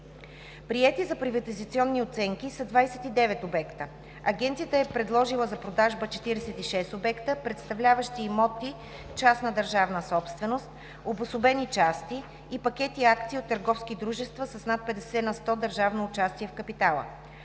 Приети са приватизационните оценки за 29 обекта. Агенцията е предложила за продажба 46 обекта, представляващи имоти – частна държавна собственост, обособени части и пакети акции от търговски дружества с над 50 на сто държавно участие в капитала.